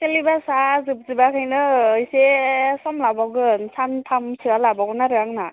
सिलेबासा जोबजोबाखैनो एसे सम लाबावगोन सानथामसोआ लाबावगोन आरो आंना